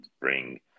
bring